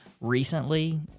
recently